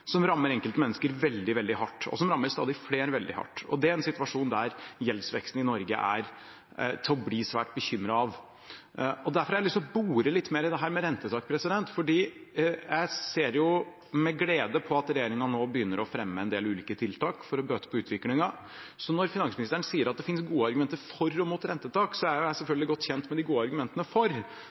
rammer enkeltmennesker veldig hardt, og som rammer stadig flere veldig hardt, og det er en situasjon der gjeldsveksten i Norge er til å bli svært bekymret av. Derfor har jeg lyst til å bore litt mer i dette med rentetak, for jeg ser med glede på at regjeringen nå begynner å fremme en del ulike tiltak for å bøte på utviklingen. Når finansministeren sier at det finnes gode argumenter for og mot rentetak, er jeg selvfølgelig godt kjent med de gode argumentene for,